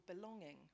Belonging